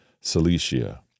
cilicia